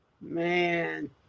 Man